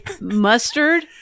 Mustard